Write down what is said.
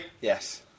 Yes